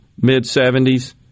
mid-'70s